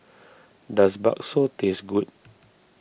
does Bakso taste good